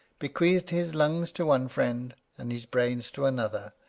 bequeathed his lungs to one friend and his brains to another,